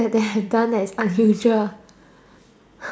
done that is unusual